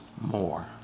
more